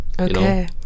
okay